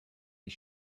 and